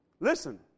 Listen